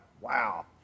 wow